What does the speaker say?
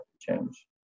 change